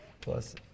plus